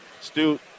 Stu